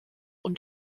und